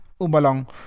Ubalong